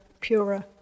purer